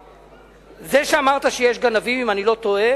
זה שאמרת שיש גנבים, אם אני לא טועה